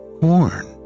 corn